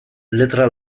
letra